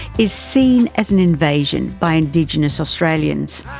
is seen as an invasion by indigenous australians,